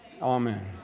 Amen